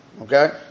Okay